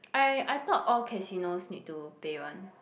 I I thought all casinos need to pay one